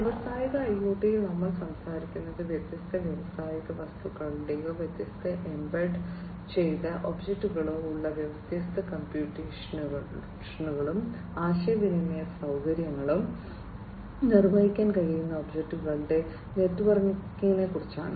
വ്യാവസായിക ഐഒടിയിൽ നമ്മൾ സംസാരിക്കുന്നത് വ്യത്യസ്ത വ്യാവസായിക വസ്തുക്കളുടെയോ വ്യത്യസ്ത എംബഡ് ചെയ്ത ഒബ്ജക്റ്റുകളോ ഉള്ള വ്യത്യസ്ത കമ്പ്യൂട്ടേഷനും ആശയവിനിമയ സൌകര്യങ്ങളും നിർവഹിക്കാൻ കഴിയുന്ന ഒബ്ജക്റ്റുകളുടെ നെറ്റ്വർക്കിംഗിനെക്കുറിച്ചാണ്